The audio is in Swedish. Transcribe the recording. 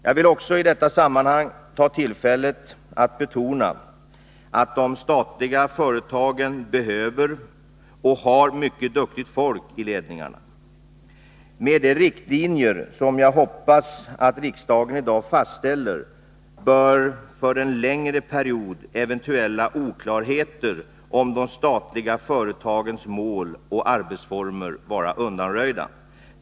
Jag vill också i detta sammanhang begagna tillfället att betona att de statliga företagen behöver och har mycket duktigt folk i ledningarna. Med de riktlinjer som jag hoppas att riksdagen i dag fastställer bör eventuella oklarheter om de statliga företagens mål och arbetsformer vara undanröjda för en längre period.